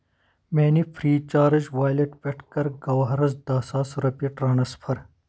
میانہِ Freecharge wallet پٮ۪ٹھ کَر گَوہرس دہ ساس رۄپیہِ ٹرانسفر